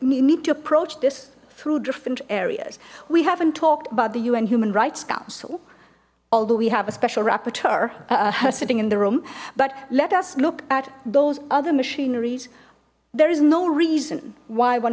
need to approach this through different areas we haven't talked about the un human rights council although we have a special rapid her her sitting in the room but let us look at those other machineries there is no reason why one